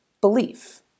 belief